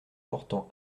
portant